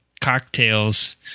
cocktails